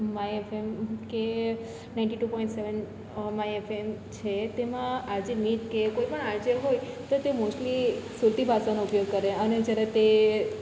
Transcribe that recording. my FM કે ninety two point seven my FM છે તેમાં આરજે મીત કે કોઈપણ આરજે હોય તો તે મોસ્ટલી સુરતી ભાષાનો ઉપયોગ કરે અને જ્યારે તે